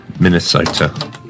Minnesota